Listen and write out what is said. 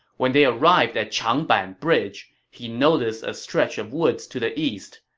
when they arrived at changban bridge, he noticed a stretch of woods to the east.